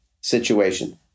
situation